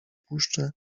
puszczę